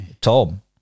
Tom